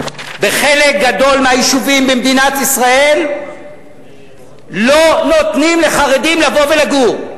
בחלק גדול מהיישובים במדינת ישראל לא נותנים לחרדים לבוא ולגור.